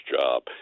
job